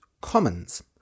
commons